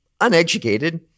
uneducated